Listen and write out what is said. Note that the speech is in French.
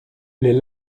les